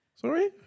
Sorry